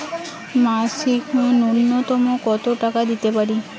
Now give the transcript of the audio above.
মাসিক নূন্যতম কত টাকা দিতে পারি?